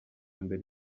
mbere